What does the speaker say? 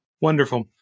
wonderful